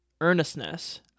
earnestness